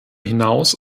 hinaus